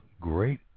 great